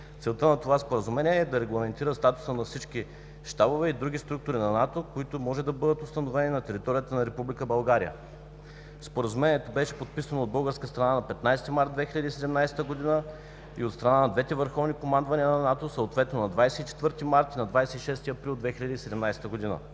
Целта на това Споразумение е да регламентира статуса на всички щабове и други структури на НАТО, които може да бъдат установени на територията на Република България. Споразумението беше подписано от българска страна на 15 март 2017 г. и от страна на двете върховни командвания на НАТО съответно на 24 март и на 26 април 2017 г.